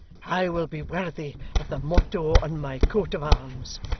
i will be worthy of the motto on my coat of arms,